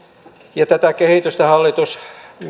tätä kehitystä hallitus